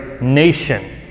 nation